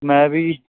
ਮੈਂ ਵੀ